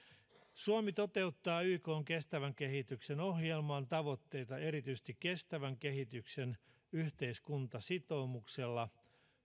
suomi toteuttaa ykn kestävän kehityksen ohjelman tavoitteita erityisesti kestävän kehityksen yhteiskuntasitoumuksella